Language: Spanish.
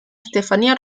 estefanía